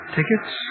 Tickets